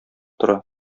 тора